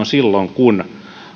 silloin kun